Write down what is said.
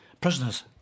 prisoners